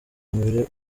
mbere